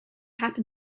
happen